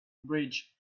bridge